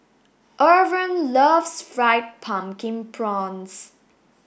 Irven loves fried pumpkin prawns